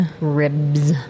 Ribs